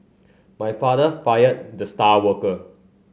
my father fired the star worker